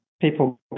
people